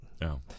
No